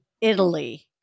Italy